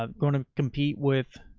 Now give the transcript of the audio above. um going to compete with